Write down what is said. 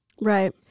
right